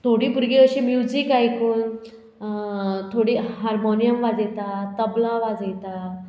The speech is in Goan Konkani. थोडीं भुरगीं अशीं म्युजीक आयकून थोडीं हार्मोनियम वाजयता तबला वाजयता